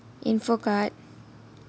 information card